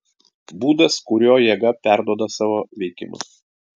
būdas kuriuo jėga perduoda savo veikimą